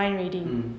mm